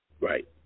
Right